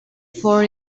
for